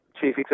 chief